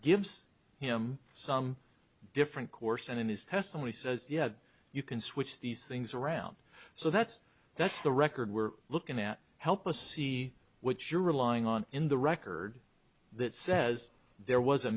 gives him some different course and in his testimony says you know you can switch these things around so that's that's the record we're looking at help us see what you're relying on in the record that says there was a